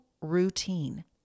routine